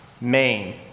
Maine